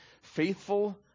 faithful